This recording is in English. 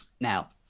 Now